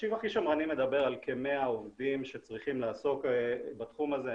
התחשיב הכי שמרני מדבר על כ-100 עובדים שצריכים לעסוק בתחום הזה,